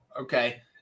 Okay